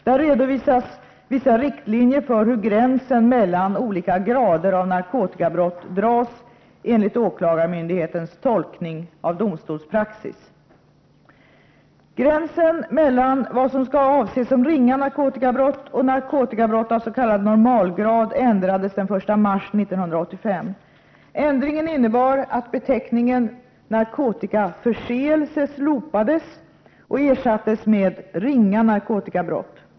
Där redovisas vissa riktlinjer för hur gränsen mellan olika grader av narkotikabrott dras enligt åklagarmyndighetens tolkning av domstolspraxis. Gränsen mellan vad som skall anses som ringa narkotikabrott och narkotikabrott av s.k. normalgrad ändrades den 1 mars 1985. Ändringen innebar att beteckningen narkotikaförseelse slopades och ersattes med beteckningen ringa narkotikabrott.